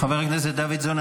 חבר הכנסת דוידסון,